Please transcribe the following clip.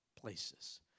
places